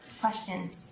Questions